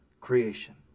creation